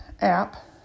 app